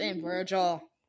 Virgil